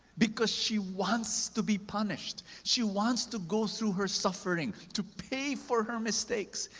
because she wants to be punished. she wants to go through her suffering to pay for her mistakes.